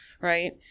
right